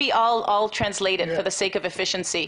כרגע אתרגם לצורך ההתייעלות,